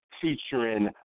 featuring